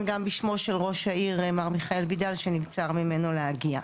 גם בשמו של ראש העיר מר מיכאל וידל שנבצר ממנו להגיע.